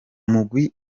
mugwi